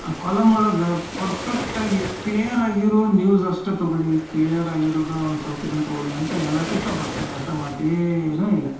column ಒಳಗೆ ಪರ್ಫೆಕ್ಟಾಗಿ clear ಆಗಿರೋ ನ್ಯೂಝ್ ಅಷ್ಟೆ ತಗೊಳ್ಳಿ ಕ್ಲಿಯರ್ ಆಗಿರೋದು ಒಂದ್ಸೊಲ್ಪ ಇದನ್ನ ತಗೊಳ್ಳಿ ಅಂತ ಹೇಳೋಕೆ ಇಷ್ಟಪಡ್ತೀನಿ ಅಷ್ಟೇ ಮತ್ತೇನು ಇಲ್ಲ